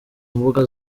mbuga